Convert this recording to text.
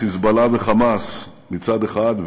"חיזבאללה" ו"חמאס" מצד אחד,